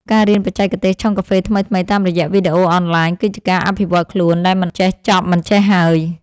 ការរៀនបច្ចេកទេសឆុងកាហ្វេថ្មីៗតាមរយៈវីដេអូអនឡាញ គឺជាការអភិវឌ្ឍខ្លួនដែលមិនចេះចប់មិនចេះហើយ។